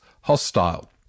hostile